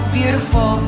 beautiful